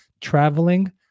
traveling